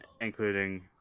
including